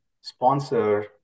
sponsor